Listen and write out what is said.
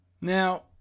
Now